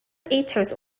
atos